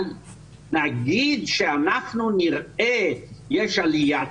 אבל להגיד שאנחנו נראה שיש עלייה,